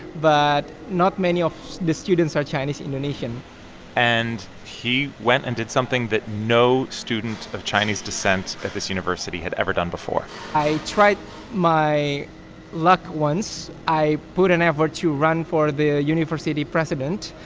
but not many of the students are chinese-indonesian and he went and did something that no student of chinese descent at this university had ever done before i tried my luck once. i put an effort to run for the university president,